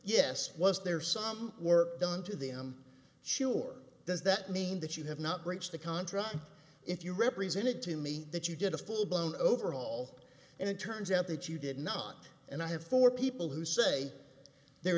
yes was there some work done to the i'm sure does that mean that you have not breached the contract if you represented to me that you did a full blown overhaul and it turns out that you did not and i have four people who say there